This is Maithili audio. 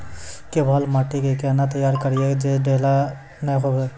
केवाल माटी के कैना तैयारी करिए जे ढेला नैय हुए?